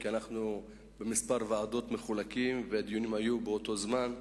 כי אנחנו מחולקים לכמה ועדות והדיונים היו באותו זמן.